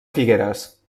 figueres